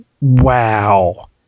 wow